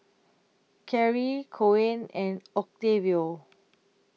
Carry Coen and Octavio